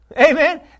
Amen